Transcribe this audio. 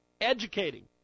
educating